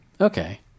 Okay